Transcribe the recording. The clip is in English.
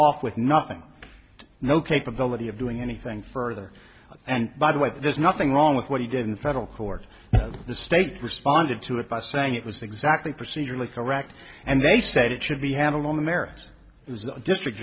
off with nothing no capability of doing anything further and by the way there's nothing wrong with what he did in federal court the state responded to it by saying it was exactly procedurally correct and they said it should be handled